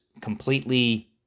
completely